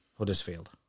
Huddersfield